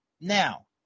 Now